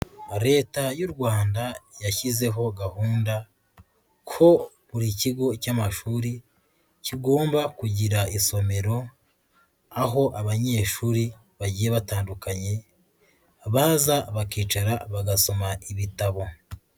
Leta y'u Rwanda yashyizeho gahunda ko buri kigo cy'amashuri kigomba kugira isomero, aho abanyeshuri bagiye batandukanye, baza bakicara bagasoma ibitabo.